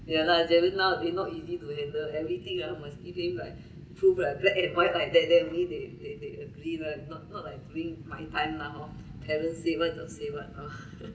ya lah javin now they not easy to handle everything ah must give him like proof lah black and white like that then only they they they agree lah if not not like during my time lah hor parent say what tiok say what oh